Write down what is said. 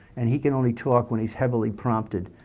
and he can only talk when he's heavily prompted.